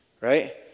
Right